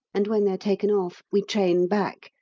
and when they are taken off, we train back,